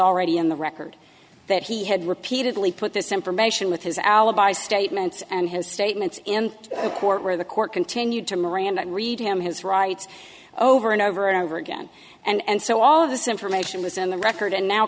already in the record that he had repeatedly put this information with his alibi statements and his statements in court where the court continued to miranda read him his rights over and over and over again and so all of this information was in the record and now